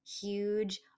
huge